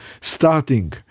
starting